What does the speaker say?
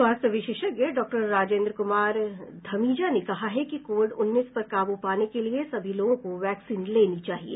स्वास्थ्य विशेषज्ञ डॉक्टर राजेन्द्र क्मार धमीजा ने कहा है कि कोविड उन्नीस पर काबू पाने के लिए सभी लोगों को वैक्सीन लेनी चाहिए